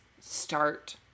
start